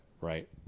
right